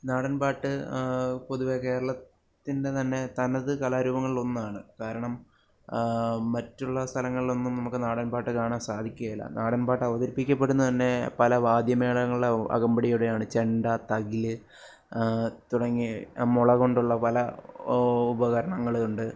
നാടൻപാട്ട് പൊതുവേ കേരളത്തിൻ്റെ തന്നെ തനത് കലാരൂപങ്ങളിൽ ഒന്നാണ് കാരണം മറ്റുള്ള സ്ഥലങ്ങളിലൊന്നും നമുക്ക് നാടൻപാട്ട് കാണാൻ സാധിക്കില്ല നാടൻപാട്ട് അവതരിപ്പിക്കപ്പെടുന്നത് തന്നെ പല വാദ്യമേളങ്ങളുടെ അകമ്പടിയോടെയാണ് ചെണ്ട തകിൽ തുടങ്ങിയ മുള കൊണ്ടുള്ള പല ഉപകരണങ്ങളുണ്ട്